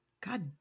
God